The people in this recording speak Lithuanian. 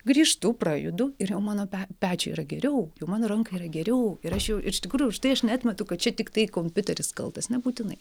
grįžtu prajudu ir jau mano pečiui yra geriau jau mano rankai yra geriau ir aš jau iš tikrųjų užtai aš neatmetu kad čia tiktai kompiuteris kaltas nebūtinai